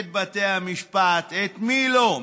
את בתי המשפט, את מי לא.